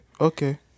Okay